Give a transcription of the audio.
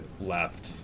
left